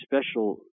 special